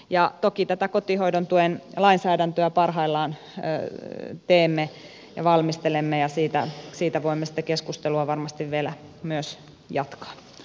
ja toki tätä kotihoidon tuen lainsäädäntöä parhaillaan teemme ja valmistelemme ja siitä voimme sitten keskustelua varmasti vielä myös jatkaa